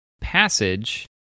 passage